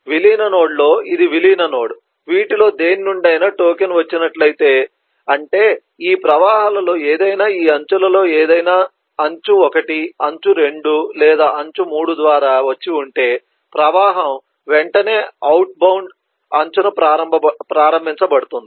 విలీన నోడ్లో ఇది విలీన నోడ్ వీటిలో దేని నుండైనా టోకెన్ వచ్చినట్లయితే అంటే ఈ ప్రవాహాలలో ఏదైనా ఈ అంచులలో ఏదైనా అంచు 1 అంచు 2 లేదా అంచు 3 ద్వారా వచ్చి ఉంటే ప్రవాహం వెంటనే అవుట్బౌండ్ అంచున ప్రారంభించబడుతుంది